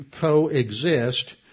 coexist